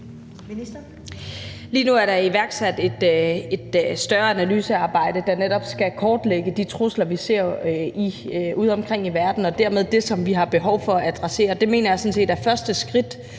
Lige nu er der iværksat et større analysearbejde, der netop skal kortlægge de trusler, som vi ser udeomkring i verden, og dermed det, som vi har behov for at adressere. Det mener jeg sådan set er første skridt